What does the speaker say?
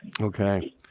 Okay